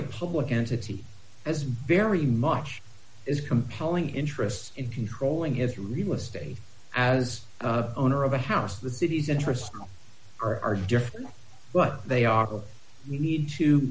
a public entity as very much is compelling interest in controlling his real estate as owner of a house the city's interests are different but they are you need to